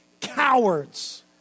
cowards